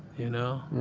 you know?